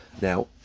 Now